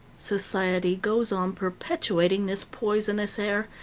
society goes on perpetuating this poisonous air,